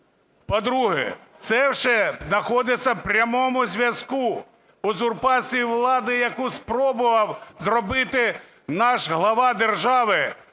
По-друге, це вже находиться в прямому зв'язку узурпації влади, яку спробував зробити наш глава держави,